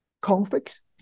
conflicts